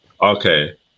Okay